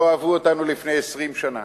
לא אהבו אותנו לפני 20 שנה.